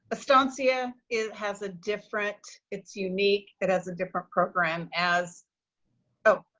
estancia it has a different, it's unique, it has a different program as oh,